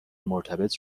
مرتبط